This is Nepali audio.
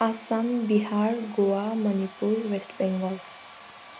असम बिहार गोवा मणिपुर वेस्ट बेङ्गल